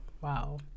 Wow